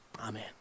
Amen